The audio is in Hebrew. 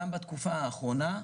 גם בתקופה האחרונה.